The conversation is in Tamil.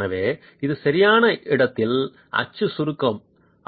எனவே இது சரியான இடத்தில் அச்சு சுருக்க